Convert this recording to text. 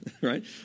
right